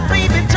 Baby